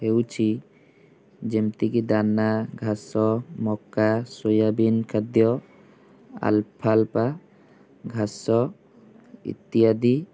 ହେଉଛି ଯେମତିକି ଦାନା ଘାସ ମକା ସୋୟାବିନ୍ ଖାଦ୍ୟ ଆଲଫା ଆଲଫା ଘାସ ଇତ୍ୟାଦି